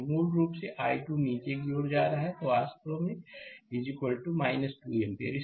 तो मूल रूप से i2 नीचे की ओर जा रहा है तो i2 वास्तव में 2 एम्पीयर